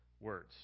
words